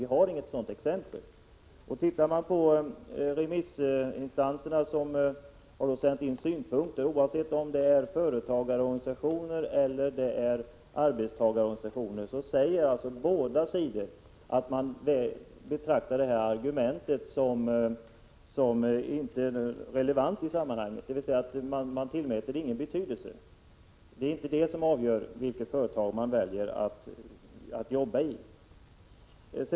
De remissinstanser som sänt in synpunkter — det gäller båda sidor alltså oavsett om det har varit företagarorganisationer eller arbetstagarorganisationer — har sagt att man inte betraktar det här argumentet som relevant i sammanhanget; man tillmäter det inte någon betydelse. Det är inte huruvida företaget tillämpar vinstandelssystem eller ej som avgör vilket företag man väljer att jobba i.